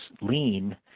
lean